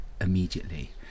immediately